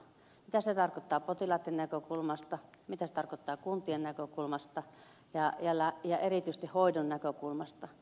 mitä se tarkoittaa potilaitten näkökulmasta mitä se tarkoittaa kuntien näkökulmasta ja erityisesti hoidon näkökulmasta